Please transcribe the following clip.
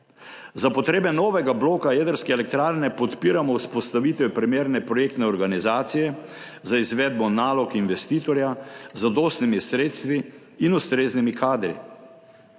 Za potrebe novega bloka jedrske elektrarne podpiramo vzpostavitev primerne projektne organizacije za izvedbo nalog investitorja z zadostnimi sredstvi in ustreznimi kadri.